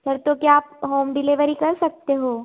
sir तो क्या आप होम डिलीवरी कर सकते हो